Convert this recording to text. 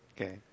okay